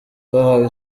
bahawe